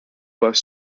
were